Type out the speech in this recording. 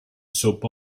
soap